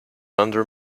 under